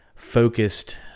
Focused